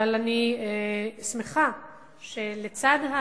אבל אני שמחה שלצד,